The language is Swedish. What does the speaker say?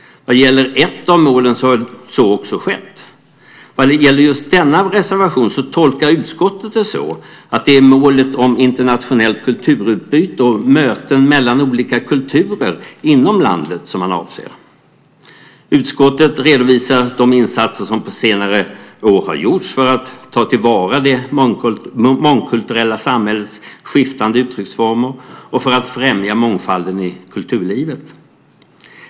Vad gäller ett av målen har så också skett. Vad gäller just denna reservation tolkar utskottet det så att det är målet om internationellt kulturutbyte och möten mellan olika kulturer inom landet man avser. Utskottet redovisar de insatser som på senare år har gjorts för att ta till vara det mångkulturella samhällets skiftande uttrycksformer och för att främja mångfalden i kulturlivet.